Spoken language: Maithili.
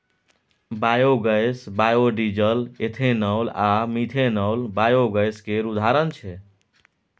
बायोगैस, बायोडीजल, एथेनॉल आ मीथेनॉल बायोगैस केर उदाहरण छै